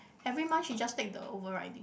every month she just take the over riding